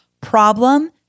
problem